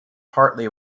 hartley